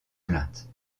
plaintes